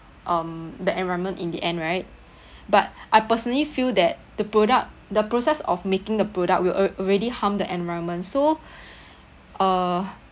um the environment in the end right but I personally feel that the product the process of making the product will alr~ already harm the environment so uh